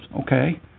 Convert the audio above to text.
okay